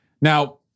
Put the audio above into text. Now